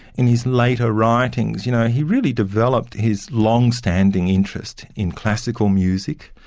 in his later writings, you know, he really developed his long-standing interest in classical music.